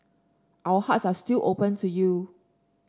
our hearts are still open to you